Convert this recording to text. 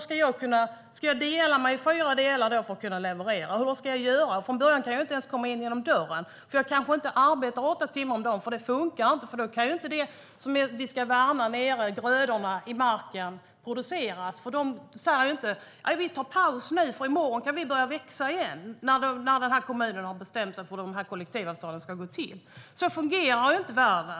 Ska jag dela mig i fyra delar för att kunna leverera, eller hur ska jag göra? Från början kan jag ju inte ens komma in genom dörren, för jag kanske inte arbetar åtta timmar om dagen. Det funkar inte, får då kan inte det som vi ska värna om - grödorna på marken - produceras. De säger ju inte: Vi tar paus nu, och i morgon kan vi börja växa igen, när kommunen har bestämt sig för hur kollektivavtalen ska gå till. Så fungerar inte världen.